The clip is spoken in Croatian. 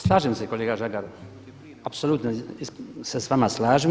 Slažem se kolega Žagar, apsolutno se s vama slažem.